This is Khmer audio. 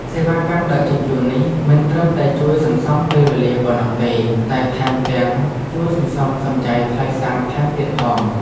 សេវាកម្មដឹកជញ្ជូននេះមិនត្រឹមតែជួយសន្សំពេលវេលាប៉ុណ្ណោះទេ តែថែមទាំងជួយសន្សំសំចៃថ្លៃសាំងថែមទៀតផង។